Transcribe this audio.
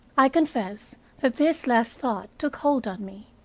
i confess that this last thought took hold on me.